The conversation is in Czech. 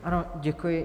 Ano, děkuji.